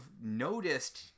noticed